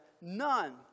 none